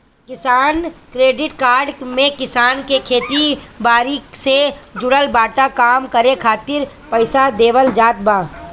किसान credit card में किसान के खेती बारी से जुड़ल सब काम करे खातिर पईसा देवल जात बा